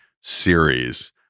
series